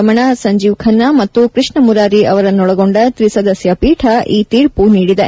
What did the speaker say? ರಮಣಸಂಜೀವ್ ಖನ್ನಾ ಮತ್ತು ಕೃಷ್ಣ ಮುರಾರಿ ಅವರನ್ನೊಳಗೊಂಡ ತ್ರಿಸದಸ್ಯ ಪೀಠ ಈ ತೀರ್ಪು ನೀಡಿದೆ